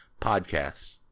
podcasts